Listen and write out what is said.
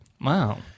Wow